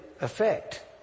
effect